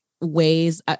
ways